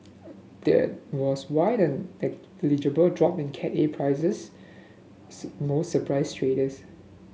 that was why the negligible drop in Cat A prices most surprised traders